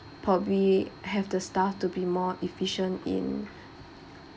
probably have the staff to be more efficient in